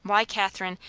why, katherine,